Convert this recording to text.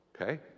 okay